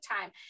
time